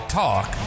talk